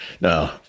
no